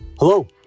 Hello